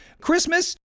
Christmas